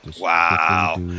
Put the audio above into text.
Wow